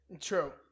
true